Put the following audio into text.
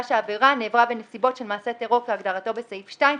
מצאה שהעבירה נעברה בנסיבות של מעשה טרור כהגדרתו בסעיף 2,